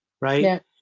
Right